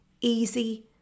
easy